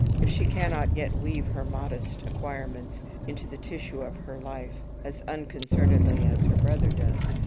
if she cannot yet weave her modest acquirements into the tissue of her life as unconcernedly as her brother does,